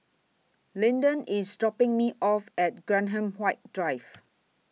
Lyndon IS dropping Me off At Graham White Drive